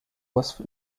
was